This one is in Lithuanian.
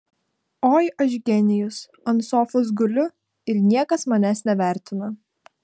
oi aš genijus ant sofos guliu ir niekas manęs nevertina